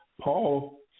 Paul